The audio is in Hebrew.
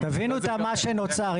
תבינו את מה שנוצר.